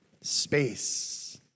Space